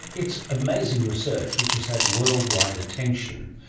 it's amazing research which has had worldwide attention.